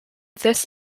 this